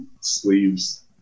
sleeves